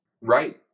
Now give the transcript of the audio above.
right